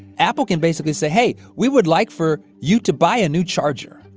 apple can basically say, hey, we would like for you to buy a new charger,